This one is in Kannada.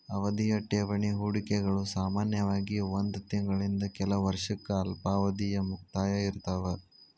ಅವಧಿಯ ಠೇವಣಿ ಹೂಡಿಕೆಗಳು ಸಾಮಾನ್ಯವಾಗಿ ಒಂದ್ ತಿಂಗಳಿಂದ ಕೆಲ ವರ್ಷಕ್ಕ ಅಲ್ಪಾವಧಿಯ ಮುಕ್ತಾಯ ಇರ್ತಾವ